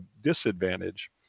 disadvantage